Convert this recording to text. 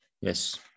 Yes